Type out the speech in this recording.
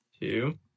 Two